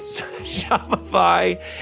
Shopify